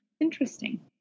Interesting